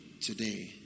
today